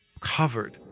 covered